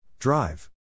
Drive